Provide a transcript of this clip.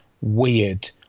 weird